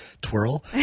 twirl